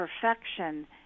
perfection